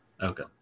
Okay